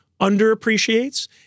underappreciates